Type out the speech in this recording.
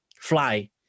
Fly